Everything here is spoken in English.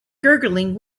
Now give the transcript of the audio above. gurgling